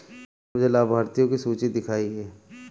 कृपया मुझे लाभार्थियों की सूची दिखाइए